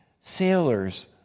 sailors